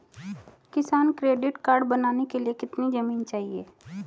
किसान credit card बनाने के लिए कितनी जमीन चाहिए?